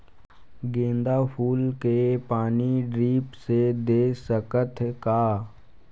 गेंदा फूल के खेती पानी ड्रिप से दे सकथ का?